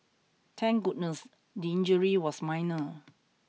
thank goodness the injury was minor